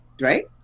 right